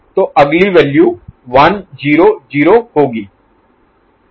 तो अगली वैल्यू 1 0 0 होगी